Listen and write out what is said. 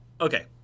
Okay